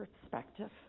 perspective